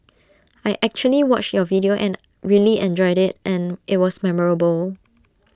I actually watched your video and really enjoyed IT and IT was memorable